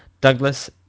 Douglas